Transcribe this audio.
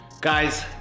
guys